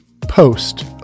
post